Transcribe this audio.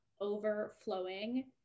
overflowing